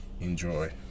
Enjoy